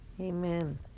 Amen